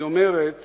היא אומרת